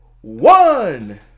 One